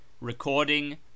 recording